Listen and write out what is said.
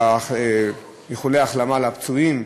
איחולי החלמה לפצועים.